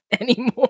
anymore